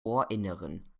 ohrinneren